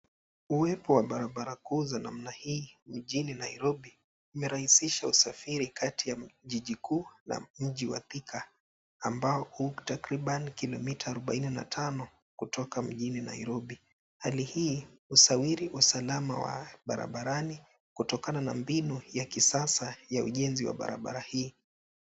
Uwepo wa barabara kuu za namna hii mjini Nairobi umerahisisha usafiri kati ya jiji kuu na mji wa Thika ambao u takriban kilomita arubaini na tano kutoka mjini Nairobi. Hali hii husawiri usalama wa barabarani kutokana na mbinu ya kisasa ya ujenzi wa barabara hii.